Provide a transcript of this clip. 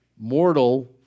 mortal